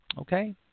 Okay